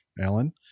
Alan